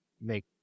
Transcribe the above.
make